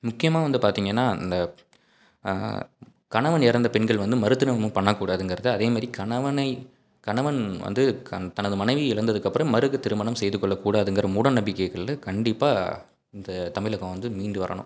முக்கியமாக வந்து பார்த்திங்கன்னா இந்த கணவன் இறந்த பெண்கள் வந்து மறுதிருமணம் பண்ணக்கூடாதுங்கிறது அதேமாதிரி கணவனை கணவன் வந்து க தனது மனைவி இறந்ததுக்கு அப்பறம் மறு திருமணம் செய்துக்கொள்ளக் கூடாதுங்கிற மூடநம்பிக்கைகளில் கண்டிப்பாக இந்த தமிழகம் வந்து மீண்டு வரணும்